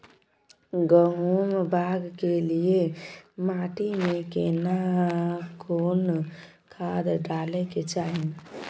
गहुम बाग के लिये माटी मे केना कोन खाद डालै के चाही?